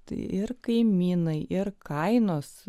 tai ir kaimynai ir kainos